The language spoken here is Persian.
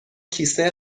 کیسه